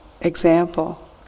example